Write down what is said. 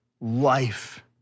life